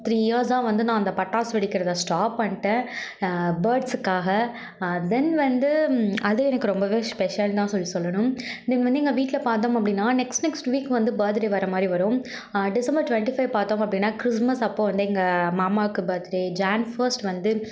three இயர்ஸாக வந்து நான் அந்த பட்டாசு வெடிக்கிறதை ஸ்டாப் பண்ட்டேன் பேர்ட்ஸுக்காக தென் வந்து அது எனக்கு ரொம்ப ஸ்பெஷல் தான் சொல்லி சொல்லணும் தென் வந்து எங்கள் வீட்டில் பாத்தோம் அப்படின்னா நெக்ஸ்ட் நெக்ஸ்ட் வீக் வந்து பர்த்துடே வர மாதிரி வரும் டிசம்பர் ட்வன்ட்டி ஃபைவ் பார்த்தோம் அப்படின்னா கிறிஸ்ட்மஸ் அப்போது வந்து எங்கள் மாமாக்கு பர்த்டே ஜன் ஃபர்ஸ்ட் வந்து